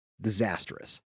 disastrous